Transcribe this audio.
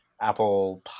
apple